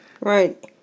Right